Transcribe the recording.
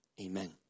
Amen